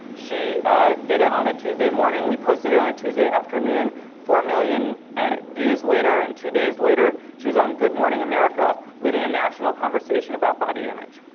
she did it on a tuesday morning. we posted it on a tuesday afternoon, four million and views and two days later, she was on good morning america, leading a national conversation about body image.